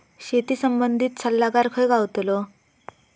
शेती संबंधित सल्लागार खय गावतलो?